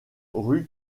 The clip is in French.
rue